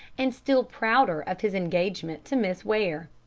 and still prouder of his engagement to miss ware.